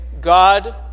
God